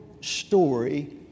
story